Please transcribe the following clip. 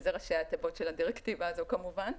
זה ראשי התיבות של הדירקטיבה הזו כמובן.